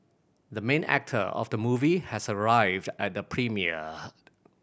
the main actor of the movie has arrived at the premiere